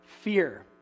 fear